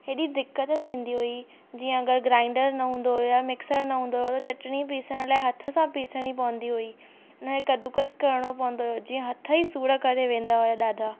हेॾी दिक़त थींदी हुई जीअं अगरि ग्राइंडर न हूंदो हुओ या मिक्सर न हूंदो हुओ चटणी पिसण लाइ हथ सां पिसणी पवंदी हुई न ई कदुकस करिणो पवंदो हुओ जीअं हथु ई सूर करे वेंदा हुआ ॾाढा